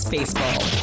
Baseball